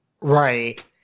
Right